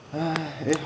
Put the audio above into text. !huh! eh